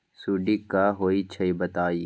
सुडी क होई छई बताई?